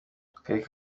akarere